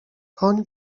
koń